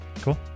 Cool